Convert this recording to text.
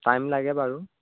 time লাগে বাৰু